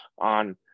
on